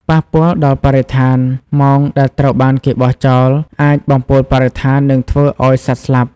ប៉ះពាល់ដល់បរិស្ថាន មងដែលត្រូវបានគេបោះចោលអាចបំពុលបរិស្ថាននិងធ្វើឲ្យសត្វស្លាប់។